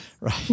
right